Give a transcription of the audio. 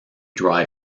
dry